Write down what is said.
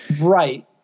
Right